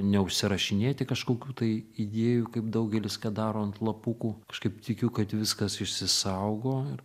neužsirašinėti kažkokių tai idėjų kaip daugelis ką daro ant lapukų kažkaip tikiu kad viskas išsisaugo ir